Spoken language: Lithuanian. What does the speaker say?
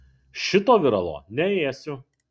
šito viralo neėsiu